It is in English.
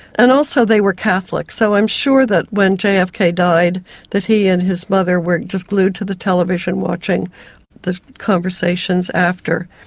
and also they were catholic, so i'm sure that when jfk died that he and his mother were just glued to the television watching the conversations after.